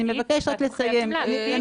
אני מבקש רק לסיים --- ואתם חייבים להגיד --- שני